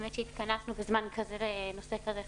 באמת שהתכנסנו בזמן כזה בנושא כזה חשוב.